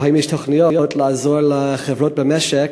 או האם יש תוכניות לעזור לחברות במשק